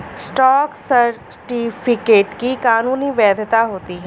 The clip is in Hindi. स्टॉक सर्टिफिकेट की कानूनी वैधता होती है